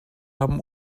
haben